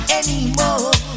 anymore